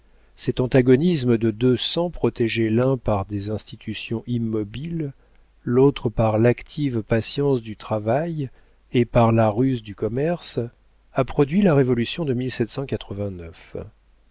cet antagonisme de deux sangs protégés l'un par des institutions immobiles l'autre par l'active patience du travail et par la ruse du commerce a produit la révolution de